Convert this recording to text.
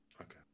Okay